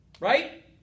Right